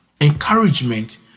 encouragement